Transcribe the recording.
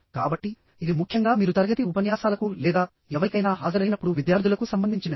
కాబట్టి ఇది ముఖ్యంగా మీరు తరగతి ఉపన్యాసాలకు లేదా ఎవరికైనా హాజరైనప్పుడు విద్యార్థులకు సంబంధించినది